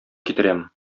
китерәм